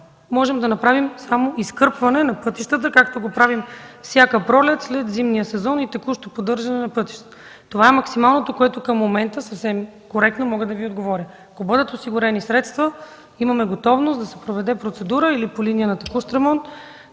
можем да направим само изкърпване, както го правим всяка пролет след зимния сезон, и текущо поддържане на пътищата. Това е максималното, което към момента съвсем коректно мога да Ви отговоря. Ако бъдат осигурени средства, имаме готовност да се проведе процедура или по линия на текущ ремонт